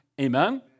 Amen